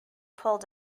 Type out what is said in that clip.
pulled